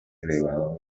elevado